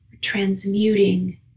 transmuting